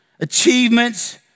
achievements